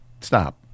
Stop